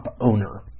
owner